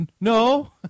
No